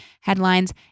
headlines